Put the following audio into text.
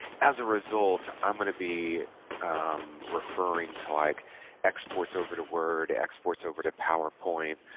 as a result i'm gonna be referring to like exports over to word exports over to powerpoint